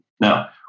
Now